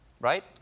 right